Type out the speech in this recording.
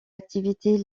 activités